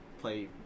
play